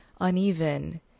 uneven